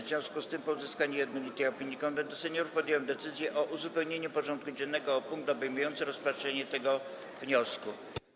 W związku z tym, po uzyskaniu jednolitej opinii Konwentu Seniorów, podjąłem decyzję o uzupełnieniu porządku dziennego o punkt obejmujący rozpatrzenie tego wniosku.